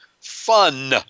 fun